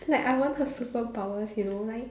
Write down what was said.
like I want her superpowers you know like